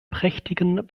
prächtigen